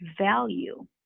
value